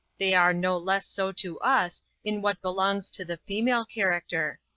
they are no less so to us, in what belongs to the female character.